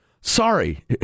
sorry